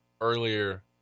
Earlier